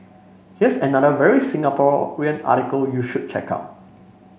here's another very Singaporean article you should check out